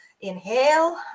inhale